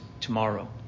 tomorrow